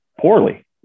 poorly